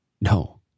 No